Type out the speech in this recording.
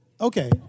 Okay